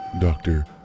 doctor